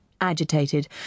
agitated